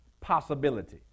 possibility